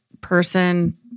person